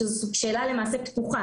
שזאת שאלה פתוחה,